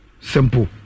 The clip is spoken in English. simple